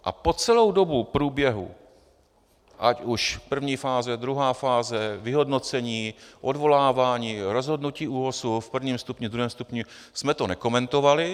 A po celou dobu průběhu, ať už první fáze, druhá fáze, vyhodnocení, odvolávání, rozhodnutí ÚOHSu v prvním stupni, v druhém stupni, jsme to nekomentovali.